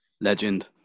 Legend